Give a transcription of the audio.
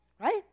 right